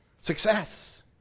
Success